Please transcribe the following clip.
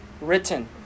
Written